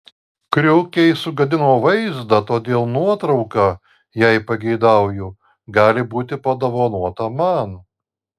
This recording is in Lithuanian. kriukiai sugadino vaizdą todėl nuotrauka jei pageidauju gali būti padovanota man